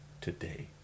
today